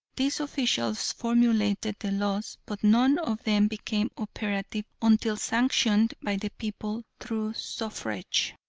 these officials formulated the laws, but none of them became operative until sanctioned by the people through suffrage.